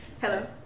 Hello